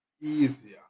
easier